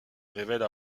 révèle